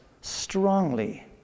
strongly